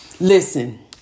Listen